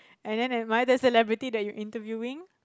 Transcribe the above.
and then am I the celebrity that you interviewing